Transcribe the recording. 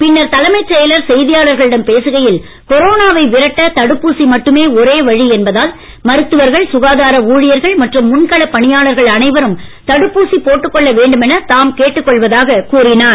பின்னர் தலைமைச் செயலர் செய்தியாளர்களிடம் பேசுகையில் கொரோனாவை விரட்ட தடுப்பூசி மட்டுமே ஒரே வழி என்பதால் மருத்துவர்கள் சுகாதார ஊழியர்கள் மற்றும் முன்களப் பணியாளர்கள் அனைவரும் தடுப்பூசி போட்டுக் கொள்ள வேண்டும் என தாம் கேட்டுக் கொள்வதாக கூறினார்